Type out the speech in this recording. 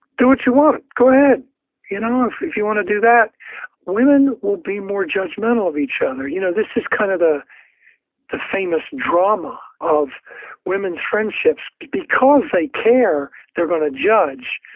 do what you want. go ahead you know if if you want to do that women will be more judgmental of each other. you know this is kind of the the famous drama of women's friendships. because they care, they're going to judge.